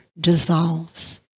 dissolves